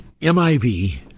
MIV